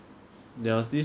做工啊你